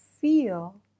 feel